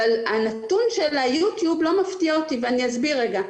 הנתון של היוטיוב לא מפתיע אותי ואני אסביר רגע.